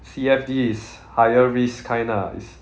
C_F_D is higher risk kind ah it's